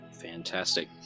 Fantastic